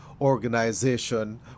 organization